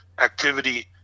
activity